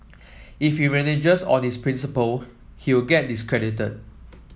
if he reneges on his principle he will get discredited